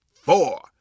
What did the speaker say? four